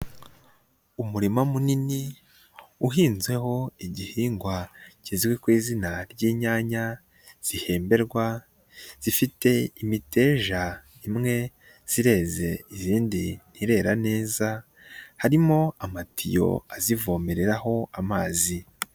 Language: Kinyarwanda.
Umurima munini uhinzeho igihingwa kizwi ku izina ry'inyanya, zihemberwa zifite imiteja imwe, zireze izindi irera neza harimo amatiyo azivomereraho amazi.